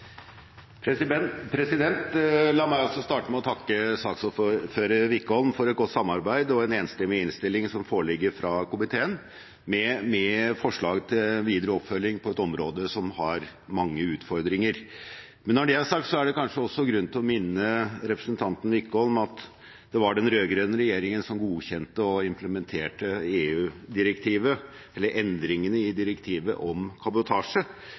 La meg også starte med å takke saksordfører Wickholm for et godt samarbeid og en enstemmig innstilling som foreligger fra komiteen, med forslag til videre oppfølging på et område som har mange utfordringer. Men når det er sagt, er det kanskje også grunn til å minne representanten Wickholm om at det var den rød-grønne regjeringen som godkjente og implementerte EU-direktivet, eller endringene i direktivet, om